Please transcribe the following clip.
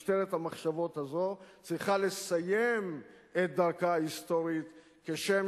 משטרת המחשבות הזו צריכה לסיים את דרכה ההיסטורית כשם